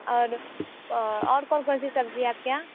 और और कौन कौन सी सब्ज़ी है आप के यहाँ